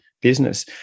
business